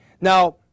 Now